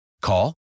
Call